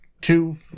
two